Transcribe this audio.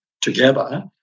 together